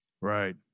Right